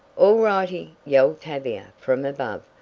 all righty! yelled tavia from above.